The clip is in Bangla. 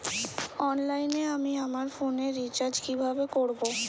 অনলাইনে আমি আমার ফোনে রিচার্জ কিভাবে করব?